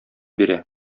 бирә